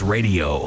Radio